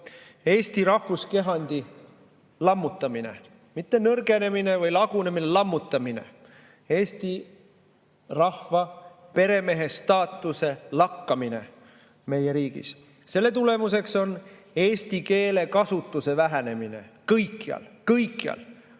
Eesti rahvuskehandi lammutamine – mitte nõrgenemine või lagunemine, vaid lammutamine, Eesti rahva peremehestaatuse lakkamine meie riigis. Selle tulemuseks on eesti keele kasutuse vähenemine kõikjal. Kõikjal!